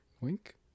Wink